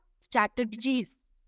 strategies